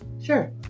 Sure